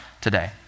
today